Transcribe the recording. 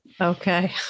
Okay